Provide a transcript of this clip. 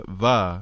va